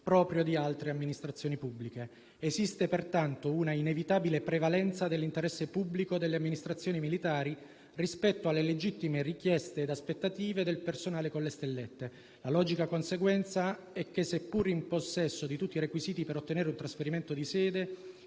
proprio di altre amministrazioni pubbliche. Esiste, pertanto, una inevitabile prevalenza dell'interesse pubblico delle amministrazioni militari rispetto alle legittime richieste ed aspettative del personale con le stellette. La logica conseguenza è che, seppur in possesso di tutti i requisiti per ottenere un trasferimento di sede,